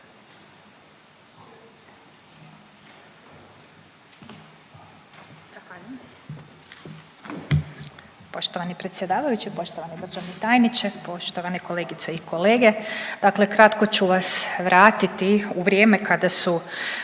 Poštovani predsjedavajući, poštovani državni tajniče, poštovani kolegice i kolege. Dakle, kratko ću vas vratiti u vrijeme kada su